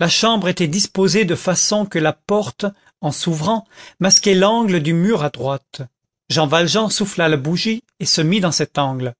la chambre était disposée de façon que la porte en s'ouvrant masquait l'angle du mur à droite jean valjean souffla la bougie et se mit dans cet angle